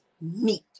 meat